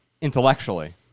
intellectually